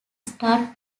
started